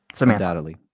Undoubtedly